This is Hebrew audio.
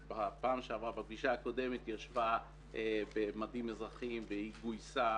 בפגישה הקודמת ישבה במדים אזרחיים והוא גויסה